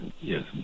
Yes